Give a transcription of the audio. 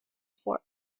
for